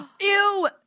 Ew